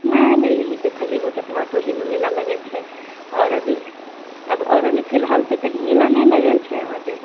नै नै यही पर खाली एगो ततमा टोलीमे मेला लगै छै आओर अभी अब आओर अभी फिलहाल तऽ कहीं मेला नै लगल छै अहाँके